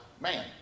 man